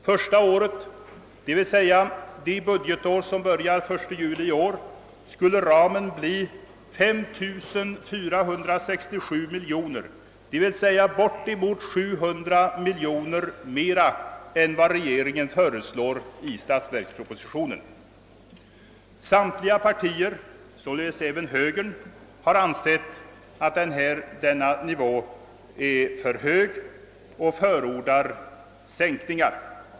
Första året, det budgetår som börjar den 1 juli i år, skulle ramen bli 5467 miljoner kronor, d. v. s. närmare 700 miljoner mer än vad regeringen föreslår i statsverkspropositionen. Samtliga partier, således även högern, har ansett att denna nivå är för hög och förordar sänkningar.